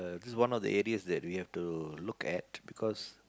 this is one of the areas that we have to look at because